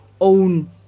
own